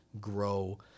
grow